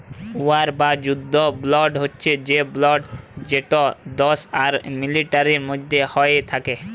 war বা যুদ্ধ বল্ড হছে সে বল্ড যেট দ্যাশ আর মিলিটারির মধ্যে হ্যয়ে থ্যাকে